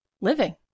living